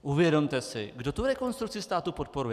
Uvědomte si, kdo tu Rekonstrukci státu podporuje.